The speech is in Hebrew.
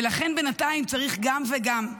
ולכן בינתיים צריך גם וגם.